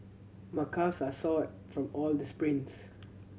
my calves are sore from all the sprints